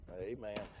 Amen